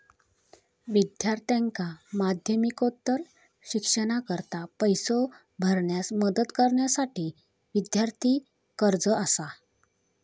विद्यार्थ्यांका माध्यमिकोत्तर शिक्षणाकरता पैसो भरण्यास मदत करण्यासाठी विद्यार्थी कर्जा असा